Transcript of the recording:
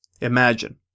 Imagine